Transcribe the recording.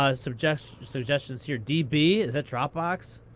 ah suggestions suggestions here. db, is that dropbox?